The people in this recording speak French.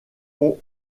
ont